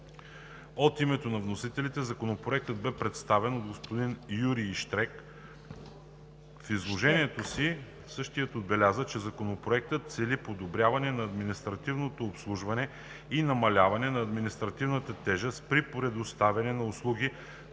От името на вносителите Законопроектът бе представен от господин Юрий Щерк. В изложението си същият отбеляза, че Законопроектът цели подобряване на административното обслужване и намаляване на административната тежест при предоставянето на услуги